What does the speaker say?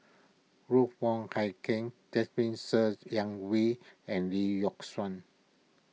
Ruth Wong Hie King Jasmine Ser Xiang Wei and Lee Yock Suan